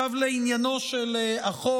עכשיו לעניינו של החוק.